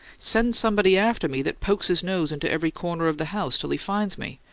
send somebody after me that pokes his nose into every corner of the house till he finds me!